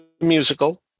musical